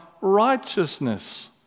righteousness